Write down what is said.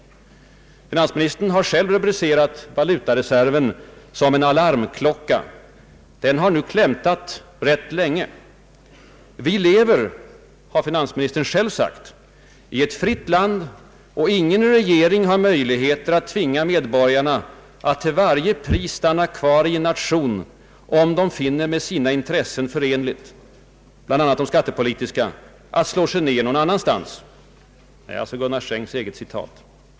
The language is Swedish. Finansministern har själv rubricerat valutareserven som en alarmklocka. Den har nu klämtat rätt länge. ”Vi lever” — som finansministern själv har sagt — ”i ett fritt land och ingen regering har möjligheter att tvinga medborgarna att till varje pris stanna kvar i en nation om de finner med sina intressen förenligt, bl.a. de skattepolitiska, att slå sig ner någon annanstans” — det är alltså finansminister Gunnar Strängs eget uttalande.